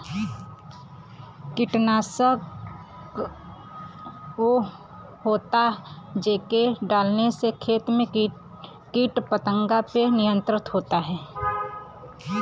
कीटनाशक उ होला जेके डलले से खेत में कीट पतंगा पे नियंत्रण होला